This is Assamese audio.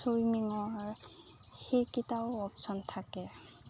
ছুইমিঙৰ সেইকেইটাও অপচন থাকে